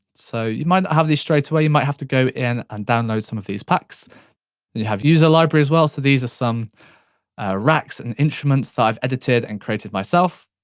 so, you might not have these straight away. you might have to go in and download some of these packs. and you have user library as well, so these are some ah racks and instruments that i've edited and created myself.